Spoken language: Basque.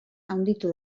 handitu